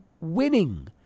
winning